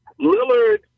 Lillard